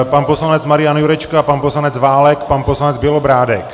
Pan poslanec Marian Jurečka, pan poslanec Válek, pan poslanec Bělobrádek.